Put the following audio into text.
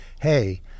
hey